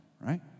right